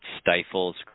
stifles